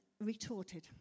Retorted